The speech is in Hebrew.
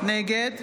נגד